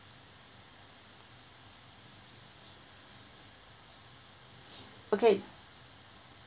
okay